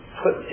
put